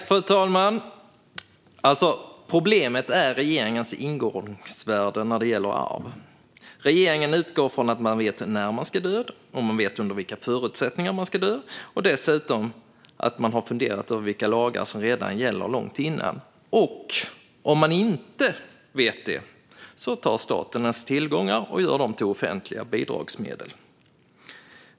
Fru talman! Problemet är regeringens ingångsvärde när det gäller arv. Regeringen utgår från att man vet när man ska dö, att man vet under vilka förutsättningar man ska dö och att man dessutom långt tidigare har funderat över vilka lagar som gäller. Om man inte vet detta tar staten ens tillgångar och gör dem till offentliga bidragsmedel.